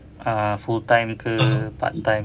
uh full time ke part time